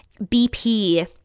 BP